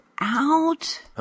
out